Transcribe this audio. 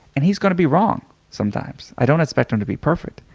and he's gonna be wrong sometimes. i don't' expect him to be perfect.